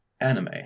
anime